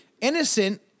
Innocent